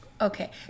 Okay